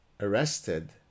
arrested